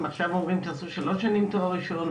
עכשיו אומרים תעשו שלוש שנים תואר ראשון,